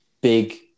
big